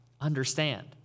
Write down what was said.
understand